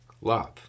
love